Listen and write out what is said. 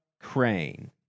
Crane